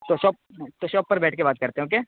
تو شاپ تو شاپ پر بیٹھ کے بات کرتے ہیں اوکے